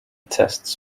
tests